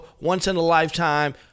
once-in-a-lifetime